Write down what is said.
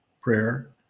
prayer